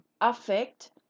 affect